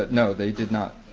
but no, they did not,